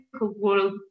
world